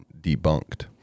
debunked